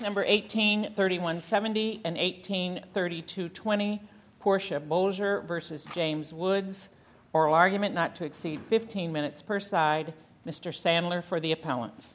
number eighteen thirty one seventy and eighteen thirty two twenty four ship bowser versus james woods oral argument not to exceed fifteen minutes per side mr sandler for the